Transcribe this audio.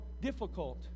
difficult